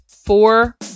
four